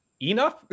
enough